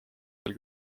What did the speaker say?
veel